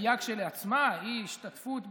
וההשהיה כשלעצמה היא השתתפות באותה,